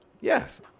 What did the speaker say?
Yes